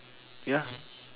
ya